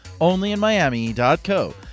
onlyinmiami.co